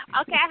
Okay